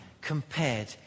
compared